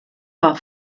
war